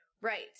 right